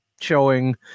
showing